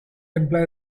imply